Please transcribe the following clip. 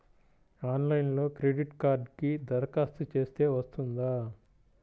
ఆన్లైన్లో క్రెడిట్ కార్డ్కి దరఖాస్తు చేస్తే వస్తుందా?